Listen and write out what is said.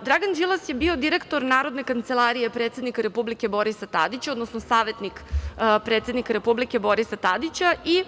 Dragan Đilas je bio direktor Narodne kancelarije predsednika Republike Borisa Tadića, odnosno savetnik predsednika Republike Borisa Tadića i